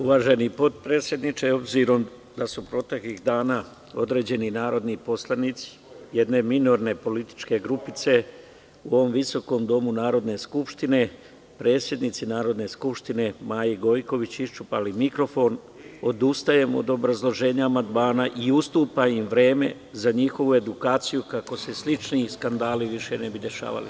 Uvaženi potpredsedniče, obzirom da su proteklih dana određeni narodni poslanici jedne minorne političke grupice u ovom visokom domu Narodne skupštine, predsednici Narodne skupštine Maji Gojković iščupali mikrofon, odustajem od obrazloženja amandmana i ustupam im vreme za njihovu edukaciju, kako se slični skandali više ne bi dešavali.